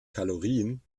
kalorien